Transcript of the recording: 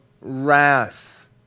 wrath